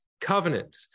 covenant